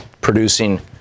producing